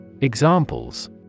Examples